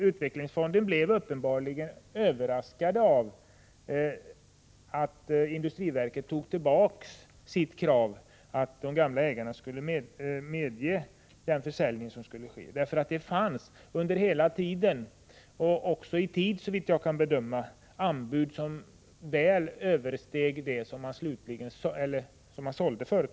Utvecklingsfonden blev uppenbarligen överraskad av att industriverket tog tillbaka sitt krav att de gamla ägarna måste ge sitt medgivande till den försäljning som skulle ske. Det fanns nämligen under hela tiden, såvitt jag kan bedöma också på ett tillräckligt tidigt stadium, anbud som väl översteg den summa som företaget slutligen såldes för.